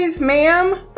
ma'am